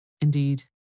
Indeed